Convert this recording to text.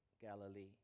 Galilee